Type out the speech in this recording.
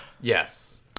Yes